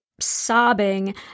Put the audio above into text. sobbing